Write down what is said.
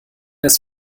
das